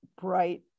bright